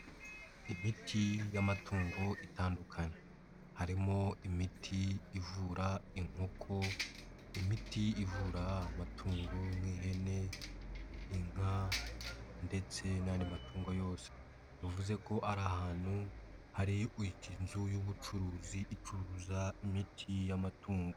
Imiti y'amatungo itandukanye harimo imiti ivura inkoko imiti ivura amatungo nk'ihene, inka ndetse n'andi matungo yose bivuze ko ari ahantu hari inzu y'ubucuruzi icuruza imiti y'amatungo.